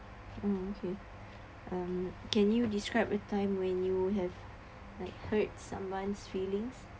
okay um can you describe a time when you have it hurt someone's feelings